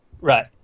Right